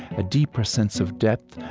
a deeper sense of depth,